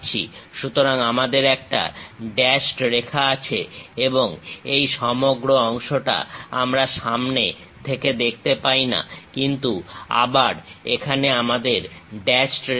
সুতরাং আমাদের একটা ড্যাশড রেখা আছে এবং এই সমগ্র অংশটা আমরা সামনে থেকে দেখতে পাই না কিন্তু আবার এখানে আমাদের ড্যাশড রেখা আছে